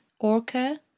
orca